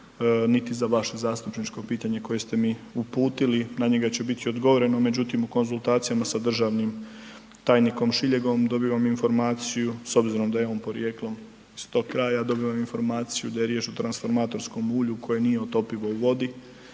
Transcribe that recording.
niti za vaše zastupničko pitanje koje ste mi uputili. Na njega će biti odgovoreno, međutim u konzultacijama sa državnim tajnikom Šiljegom dobivam informaciju, s obzirom da je on porijeklom iz tog kraja, dobivam informaciju da je riječ o transformatorskom ulju koje nije topivo u vodi